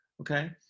okay